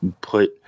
put